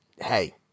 Hey